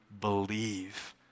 believe